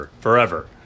forever